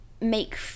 make